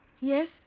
Yes